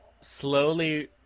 slowly